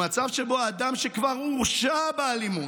במצב שבו אדם שכבר הורשע באלימות,